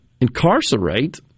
incarcerate